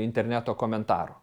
interneto komentarų